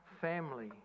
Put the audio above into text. family